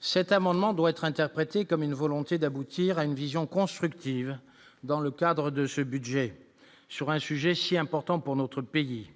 cet amendement doit être interprété comme une volonté d'aboutir à une vision constructive dans le cadre de ce budget sur un sujet aussi important pour notre pays,